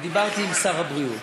ודיברתי עם שר הבריאות,